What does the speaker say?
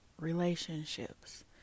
relationships